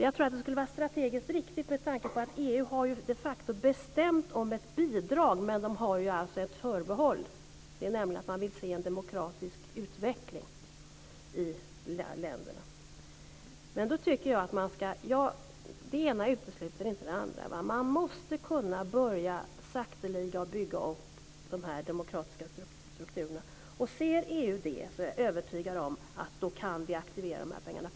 Jag tror att det skulle vara strategiskt riktigt med tanke på att EU de facto har bestämt om ett bidrag. Men det har ett förbehåll, nämligen att man vill se en demokratisk utveckling i dessa länder. Det ena utesluter inte det andra. Man måste kunna börja så sakteliga att bygga upp de demokratiska strukturerna. Om EU ser det, är jag övertygad om att vi kan aktivera de här pengarna.